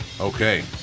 Okay